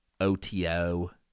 OTO